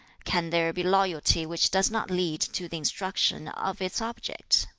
can there be loyalty which does not lead to the instruction of its object